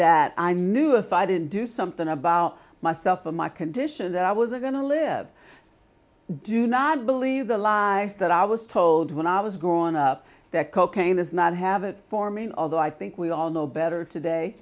that i knew if i didn't do something about myself or my condition that i was going to live i do not believe the lies that i was told when i was growing up that cocaine is not have it for me although i think we all know better today